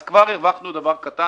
אז כבר הרווחנו דבר קטן.